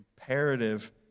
imperative